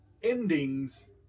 endings